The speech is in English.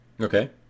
okay